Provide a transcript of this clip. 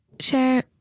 share